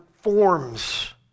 forms